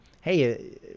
hey